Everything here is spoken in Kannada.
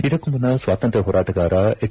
ಇದಕ್ಕೂ ಮುನ್ನ ಸ್ವಾತಂತ್ರ್ಯ ಹೋರಾಟಗಾರ ಹೆಜ್